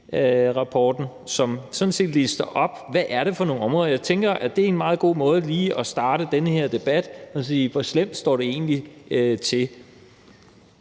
Sargentinirapporten, som sådan set lister op, hvad det er for nogle områder, og jeg tænker, at det er en meget god måde lige at starte den her debat med at spørge, hvor slemt det egentlig står